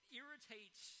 irritates